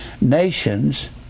Nations